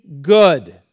good